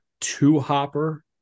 two-hopper